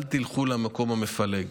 אל תלכו למקום המפלג.